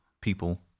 people